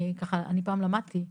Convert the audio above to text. אני פעם למדתי סטטיסטיקה,